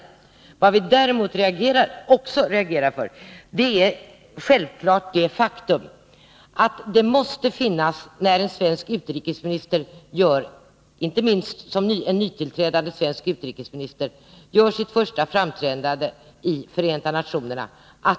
En annan orsak till att vi reagerade var att vi anser att det är självklart att det måste finnas en balans i en svensk utrikesministers framträdande, inte minst i en nytillträdande svensk utrikesministers första framträdande.